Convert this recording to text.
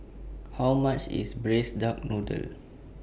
How much IS Braised Duck Noodle